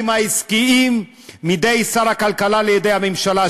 העסקיים מידי שר הכלכלה לידי הממשלה,